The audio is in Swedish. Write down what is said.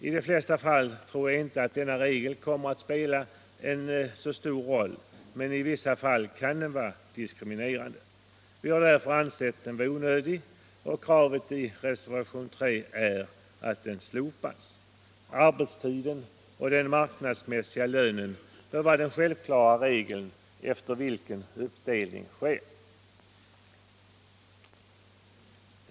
I de flesta fall kommer inte denna regel att spela så stor roll, men i vissa fall kan den vara diskriminerande. Vi har därför ansett den vara onödig, och kravet i reservationen 3 är att den slopas. Den självklara regeln bör vara att uppdelningen sker efter arbetstiden och den marknadsmässiga lönen.